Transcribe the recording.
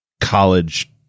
college